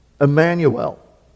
emmanuel